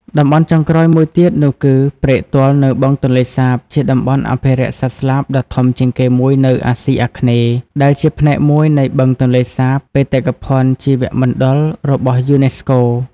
តំបន់់ចុងក្រោយមួយទៀតនោះគឺ ព្រែកទាល់នៅបឹងទន្លេសាបជាតំបន់អភិរក្សសត្វស្លាបដ៏ធំជាងគេមួយនៅអាស៊ីអាគ្នេយ៍ ដែលជាផ្នែកមួយនៃបឹងទន្លេសាបបេតិកភណ្ឌជីវមណ្ឌលរបស់ UNESCO។